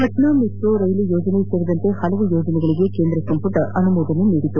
Patna metro ರೈಲು ಯೋಜನೆ ಸೇರಿದಂತೆ ಹಲವು ಯೋಜನೆಗಳಿಗೆ ಕೇಂದ್ರ ಸಂಪುಟ ಒಪ್ಪಗೆ ನೀಡಿದೆ